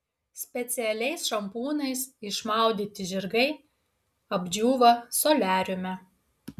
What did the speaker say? specialiais šampūnais išmaudyti žirgai apdžiūva soliariume